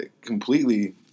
completely